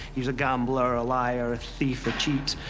he was a gambler, a liar, a thief, a cheat,